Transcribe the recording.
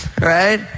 right